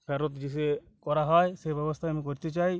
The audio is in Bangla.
ফেরত যিসে করা হয় সে ব্যবস্থাই আমি করতে চাই